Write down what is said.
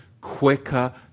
quicker